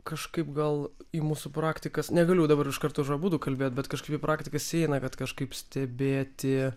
kažkaip gal į mūsų praktikas negaliu dabar iš karto už abudu kalbėti bet kažkaip į praktikas įeina kad kažkaip stebėti